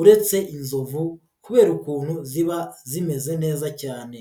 uretse inzovu, kubera ukuntu ziba zimeze neza cyane.